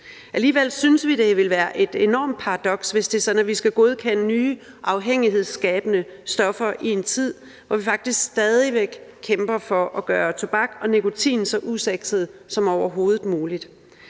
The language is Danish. Alligevel synes vi, det ville være et enormt paradoks, hvis det er sådan, at vi skal godkende nye afhængighedsskabende stoffer i en tid, hvor vi faktisk stadig væk kæmper for at gøre tobak og nikotin så usexet som overhovedet muligt.